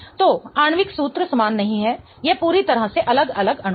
तो आणविक सूत्र समान नहीं है यह पूरी तरह से अलग अलग अणु हैं